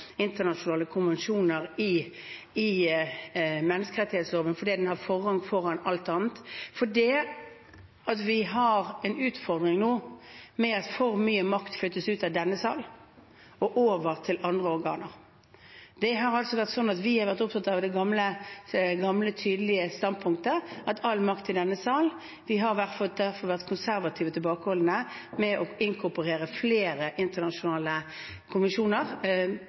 internasjonale konvensjoner i menneskerettighetsloven, fordi den har forrang foran alt annet, og fordi vi har en utfordring nå med at for mye makt flyttes ut av denne sal og over til andre organer. Vi har vært opptatt av det gamle tydelige standpunktet: all makt i denne sal. Vi har derfor vært konservative og tilbakeholdende med å inkorporere flere internasjonale konvensjoner.